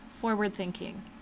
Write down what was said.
Forward-Thinking